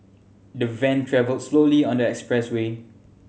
the van travelled slowly on the expressway